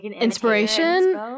inspiration